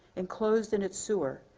enclosed in its sewer,